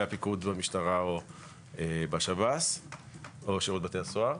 הפיקוד במשטרה או בשירות בתי הסוהר,